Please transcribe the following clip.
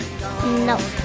No